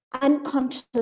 unconscious